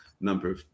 number